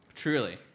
Truly